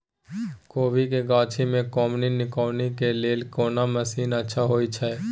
कोबी के गाछी में कमोनी निकौनी के लेल कोन मसीन अच्छा होय छै?